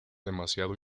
demasiado